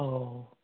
অ